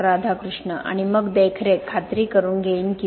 राधाकृष्ण आणि मग देखरेख खात्री करून घेईन की मी